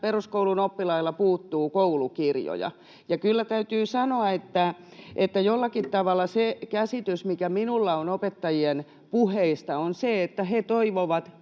peruskoulun oppilailta puuttuu koulukirjoja. Ja kyllä täytyy sanoa, että jollakin tavalla se käsitys, mikä minulla on opettajien puheista, on se, että he toivovat